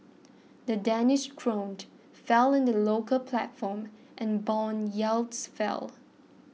the Danish krone fell in the local platform and bond yields fell